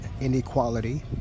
Inequality